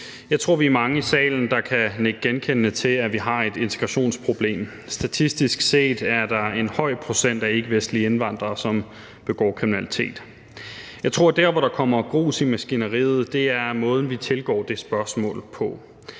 Jeg tror, vi er mange i salen, der kan nikke genkendende til, at vi har et integrationsproblem. Statistisk set er der en høj procent af ikkevestlige indvandrere, som begår kriminalitet. Jeg tror, at der, hvor der kommer grus i maskineriet, er måden, vi tilgår det spørgsmål på.